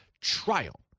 trial